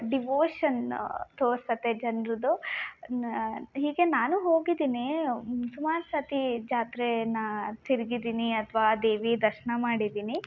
devotion ತೋರ್ಸುತ್ತೆ ಜನ್ರದ್ದು ನ ಹೀಗೆ ನಾನು ಹೋಗಿದ್ದಿನಿ ಸುಮಾರು ಸತಿ ಜಾತ್ರೆ ತಿರುಗಿದ್ದಿನಿ ಅಥವಾ ದೇವಿ ದರ್ಶನ ಮಾಡಿದೀನಿ